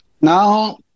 Now